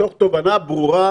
מתוך תובנה ברורה